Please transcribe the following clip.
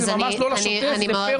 זה יותר הוצאות.